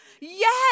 yes